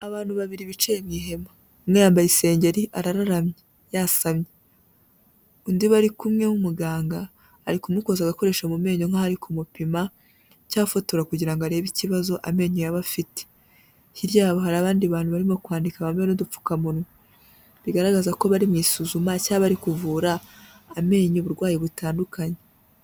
Abantu babiri bicaye mu ihema, umwe yambaye isengeri araramye yasamye, undi bari kumwe w'umuganga ari kumukoza agakoresho mu menyo nkaho ari kumupima cyangwa afotora kugira ngo arebe ikibazo amenyo yaba afite, hirya yabo hari abandi bantu barimo kwandika bambaye n'udupfukamunwa, bigaragaza ko bari mu isuzuma cyangwa bari kuvura amenyo uburwayi butandukanye.